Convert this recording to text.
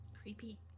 Creepy